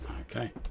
okay